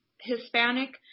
Hispanic